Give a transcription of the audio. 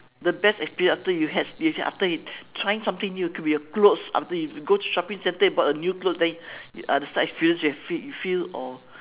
the best experience after you had is after you trying something new could be your clothes after you go shopping centre you bought a new clothes then uh describe the experience you have feel feel or